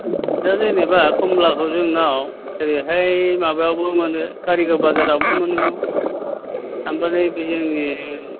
दा जेनेबा खमलाखौ जोंनियाव जेरैहाय माबायावबो मोनो कारिगाव बाजारावबो मोनो ओमफ्राय बे जोंनि